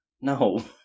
No